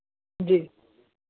जी